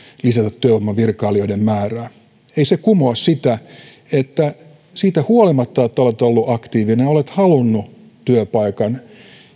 lisätä työvoimavirkailijoiden määrää ei se kumoa sitä että siitä huolimatta että olet ollut aktiivinen ja olet halunnut työpaikan